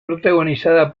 protagonizada